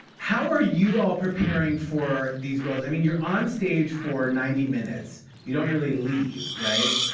how are you all preparing for these roles? i mean, you're on stage for ninety minutes. you don't really leave, right?